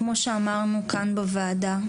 כמו שאמרנו כאן בוועדה,